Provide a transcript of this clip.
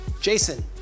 Jason